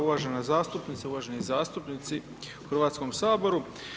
Uvažena zastupnice, uvaženi zastupnici u Hrvatskom saboru.